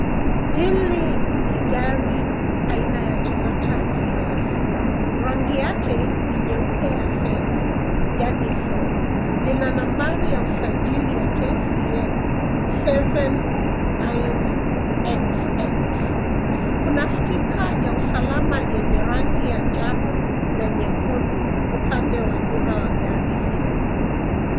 Hili ni gari aina ya Toyota Hiace. Rangi yake ni nyeupe ya fedha yani silver . Lina nambari ya usajili ya KCN 79XX. Kuna stika ya usalama yenye rangi ya njano na nyekundu, upande wa nyuma wa gari hilo.